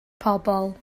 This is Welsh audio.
pobl